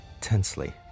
tensely